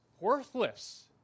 worthless